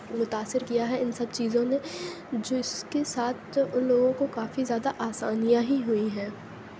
متاثر کیا ہے ان سب چیزوں نے جس کے ساتھ ان لوگوں کو کافی زیادہ آسانیاں ہی ہوئی ہیں